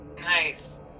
Nice